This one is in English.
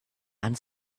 and